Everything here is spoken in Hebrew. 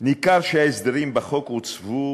"ניכר שההסדרים בחוק עוצבו